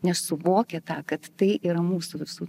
nes suvokia tą kad tai yra mūsų visų